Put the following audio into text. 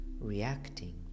reacting